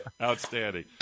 Outstanding